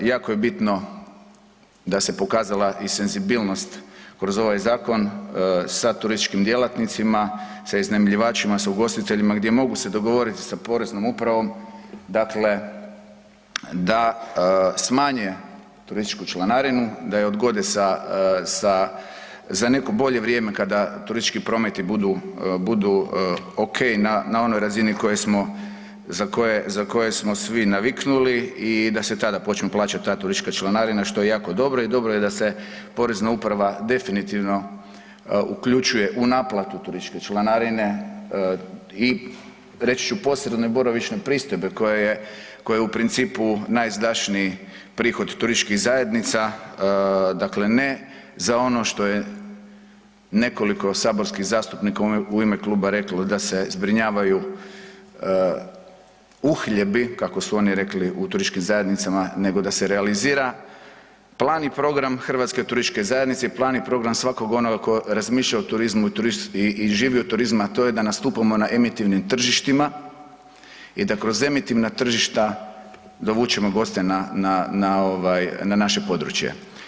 Jako je bitno da se pokazala i senzibilnost kroz ovaj zakon sa turističkim djelatnicima, sa iznajmljivačima, sa ugostiteljima, gdje mogu se dogovoriti sa poreznom upravom, dakle, da smanje turističku članarinu, da je odgode sa, za neko bolje vrijeme kada turistički prometi budu, budu okej na onoj razini na kojoj smo, za koje smo svi naviknuli i da se tada počnu plaćati ta turistička… …članarina, što je jako dobro i dobro je da se porezna uprave definitivno uključuje u naplatu turističke članarine i reći ću posredno i boravišne pristojbe koja je, koja je u principu najizdašniji prihod turističkih zajednica, dakle ne za ono što je nekoliko saborskih zastupnika u ime kluba reklo da se zbrinjavaju uhljebi, kako su oni rekli, u turističkim zajednicama nego da se realizira plan i program HTZ-a i plan i program svakog onog ko razmišlja o turizmu i živi od turizma, a to je da nastupamo na emitivnim tržištima i da kroz emitivna tržišta dovučemo goste na, na, na ovaj, na naše područje.